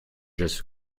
just